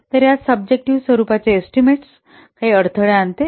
तर यात सब्जेक्टिव्ह स्वरूपाचे एस्टीमेट्स काही अडथळे आणते